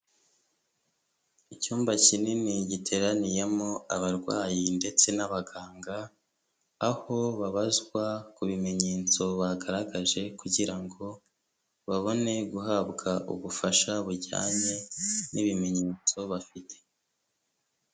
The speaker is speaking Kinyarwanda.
Icyumba kinini giteraniyemo abarwayi ndetse n'abaganga, aho babazwa ku bimenyetso bagaragaje kugira ngo babone guhabwa ubufasha bujyanye n'ibimenyetso bafite.